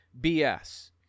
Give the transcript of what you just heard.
BS